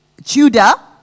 Judah